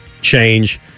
change